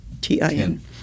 T-I-N